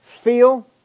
feel